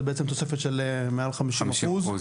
זה בעצם תוספת של מעל חמישים אחוז